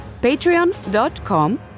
patreon.com